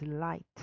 light